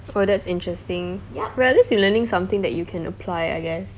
oh that's interesting well at least you're learning something that you can apply I guess